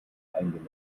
eingenäht